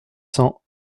cents